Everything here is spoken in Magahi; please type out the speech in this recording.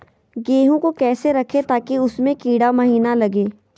गेंहू को कैसे रखे ताकि उसमे कीड़ा महिना लगे?